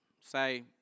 say